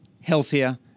healthier